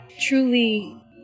truly